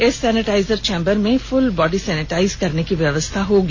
इस sanitiser chamber में full body sanitise करने की व्यवस्था है